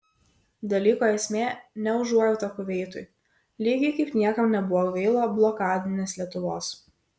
dalyko esmė ne užuojauta kuveitui lygiai kaip niekam nebuvo gaila blokadinės lietuvos